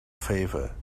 favor